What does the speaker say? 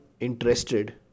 ...interested